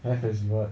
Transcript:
have as in what